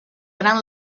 gran